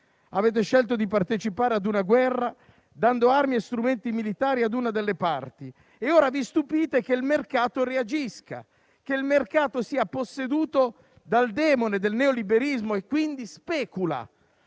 Avete scelto di partecipare a una guerra dando armi e strumenti militari ad una delle parti e ora vi stupite che il mercato reagisca, che il mercato sia posseduto dal demone del neoliberismo e quindi speculi.